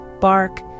bark